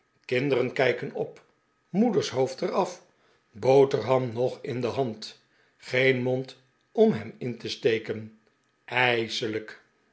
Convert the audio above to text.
kinderen kijken op moeders hoofd er af boterham nog in de hand geen mond om hem in te steken ijselijk